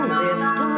lift